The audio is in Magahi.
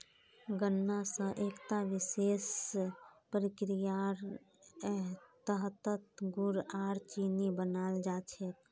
गन्ना स एकता विशेष प्रक्रियार तहतत गुड़ आर चीनी बनाल जा छेक